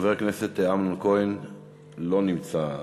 חבר הכנסת אמנון כהן לא נמצא,